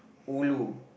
ulu